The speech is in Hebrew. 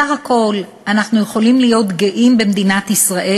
בסך הכול אנחנו יכולים להיות גאים במדינת ישראל,